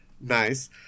Nice